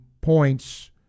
points